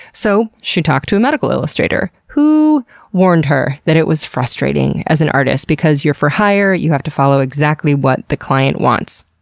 so, she talked to a medical illustrator, who warned her that it was frustrating, as an artist, because you're for hire, you have to follow exactly what the client wants.